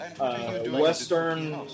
Western